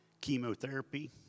chemotherapy